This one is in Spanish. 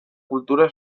cultura